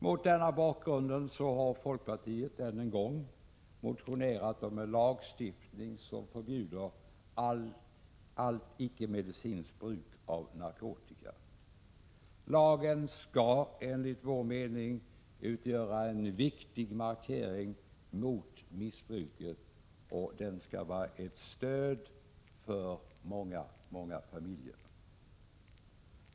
Mot denna bakgrund har folkpartiet än en gång motionerat om en lagstiftning som förbjuder allt icke-medicinskt bruk av narkotika. Lagen skall enligt vår mening utgöra en viktig markering mot missbruket. Den skall vara ett stöd för många familjer.